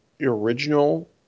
Original